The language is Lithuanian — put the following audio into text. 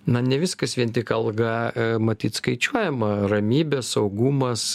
na ne viskas vien tik alga matyt skaičiuojama ramybė saugumas